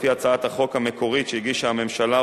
לפי הצעת החוק המקורית שהגישה הממשלה,